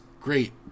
great